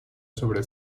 sobre